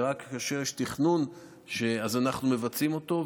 ורק כאשר יש תכנון אז אנחנו מבצעים אותו.